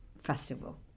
festival